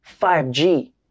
5G